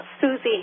Susie